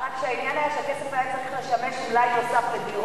רק שהעניין היה שהכסף היה צריך לשמש למלאי נוסף של דירות,